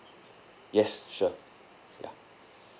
yes sure ya